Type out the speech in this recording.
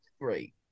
Great